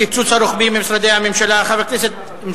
הקיצוץ הרוחבי בתקציבי משרדי הממשלה, הצעות מס'